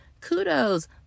kudos